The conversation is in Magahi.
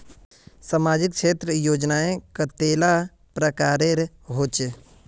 सामाजिक क्षेत्र योजनाएँ कतेला प्रकारेर होचे?